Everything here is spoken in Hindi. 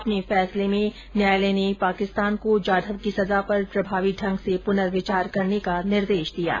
अपने फैसले में न्यांयालय ने पाकिस्तान को जाधव की सजा पर प्रभावी ढंग से प्नर्विचार करने का निर्देश दिया है